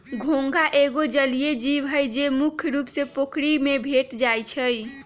घोंघा एगो जलिये जीव हइ, जे मुख्य रुप से पोखरि में भेंट जाइ छै